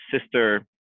sister